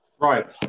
right